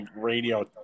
Radio